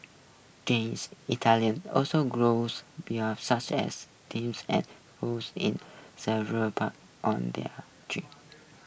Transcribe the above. Jamie's Italian also grows such as thyme and rose in several planters on thier terrace